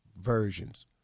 versions